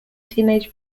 teenage